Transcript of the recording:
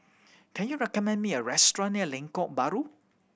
can you recommend me a restaurant near Lengkok Bahru